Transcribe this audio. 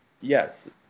Yes